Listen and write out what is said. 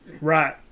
Right